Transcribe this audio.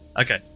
Okay